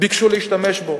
ביקשו להשתמש בו.